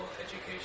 education